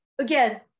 Again